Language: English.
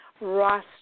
Ross